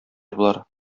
болар